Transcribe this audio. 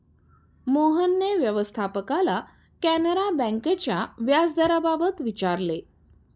मोहनने व्यवस्थापकाला कॅनरा बँकेच्या व्याजदराबाबत विचारले